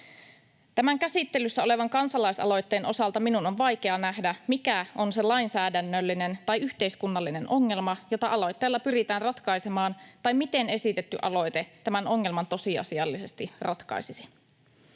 Tämän käsittelyssä olevan kansalaisaloitteen osalta minun on vaikea nähdä, mikä on se lainsäädännöllinen tai yhteiskunnallinen ongelma, jota aloitteella pyritään ratkaisemaan, tai miten esitetty aloite tämän ongelman tosiasiallisesti ratkaisisi.